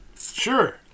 Sure